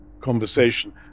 conversation